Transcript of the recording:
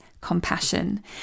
Compassion